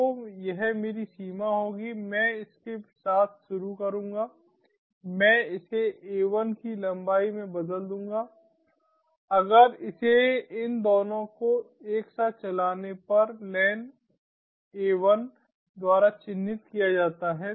तो यह मेरी सीमा होगी मैं इसके साथ शुरू करूंगा मैं इसे a1 की लंबाई में बदल दूंगा अगर इसे इन दोनों को एक साथ चलाने पर len द्वारा चिह्नित किया जाता है